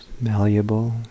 malleable